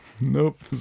nope